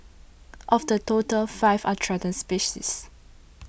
of the total five are threatened species